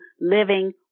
living